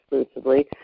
exclusively